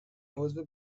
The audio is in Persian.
عضو